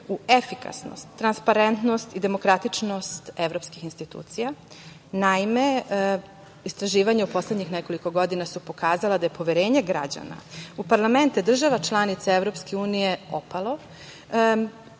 u efikasnost, transparentnost i demokratičnost evropskih institucija. Naime, istraživanja u poslednjih nekoliko godina su pokazala da je poverenje građana u parlamente države članica EU opalo.